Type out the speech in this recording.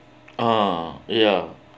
oh ya